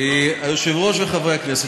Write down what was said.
היושב-ראש וחברי הכנסת,